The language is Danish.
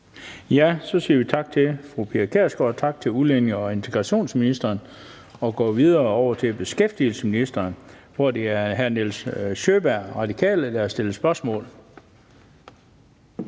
tak til udlændinge- og integrationsministeren. Vi går videre til beskæftigelsesministeren, hvor det er hr.